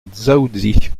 dzaoudzi